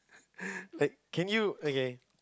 like can you okay